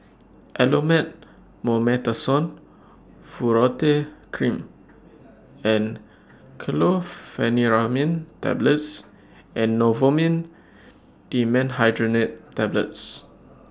Elomet Mometasone Furoate Cream and Chlorpheniramine Tablets and Novomin Dimenhydrinate Tablets